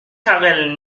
carel